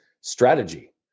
strategy